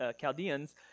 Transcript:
Chaldeans